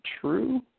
true